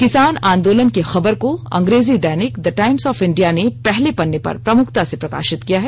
किसान आंदोलन की खबर को अंग्रेजी दैनिक द टाइम्स ऑफ इंडिया ने पहले पन्ने पर प्रमुखता से प्रका ित किया है